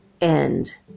end